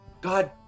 God